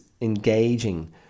engaging